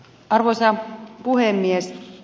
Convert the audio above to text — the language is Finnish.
arvoisa puhemies